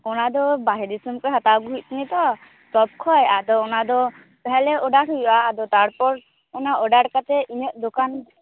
ᱚᱱᱟᱫᱚ ᱵᱟᱦᱨᱮ ᱫᱤᱥᱟᱹᱢ ᱠᱚᱭ ᱦᱟᱛᱟᱣ ᱟᱹᱜᱩᱭ ᱦᱩᱭᱩᱜ ᱛᱤᱱᱧᱹᱛᱚ ᱛᱚᱫᱠᱷᱚᱭ ᱟᱫᱚ ᱚᱱᱟᱫᱚ ᱛᱟᱦᱟᱞᱮ ᱚᱰᱟᱨ ᱦᱩᱭᱩᱜᱼᱟ ᱟᱫᱚ ᱛᱟᱨᱯᱚᱨ ᱚᱱᱟ ᱚᱰᱟᱨ ᱠᱟᱛᱮ ᱤᱧᱟᱹ ᱫᱳᱠᱟᱱ